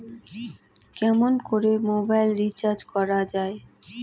কেমন করে mobile recharge করা য়ায়?